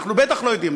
אנחנו בטח לא יודעים,